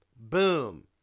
Boom